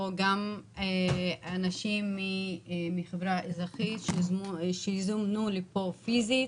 גם אנשים מהחברה האזרחית יזומנו לכאן פיזית.